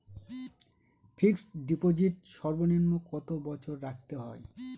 Fixed deposit সর্বনিম্ন কত বছর রাখতে হয়?